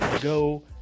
go